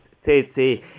CC